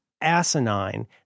asinine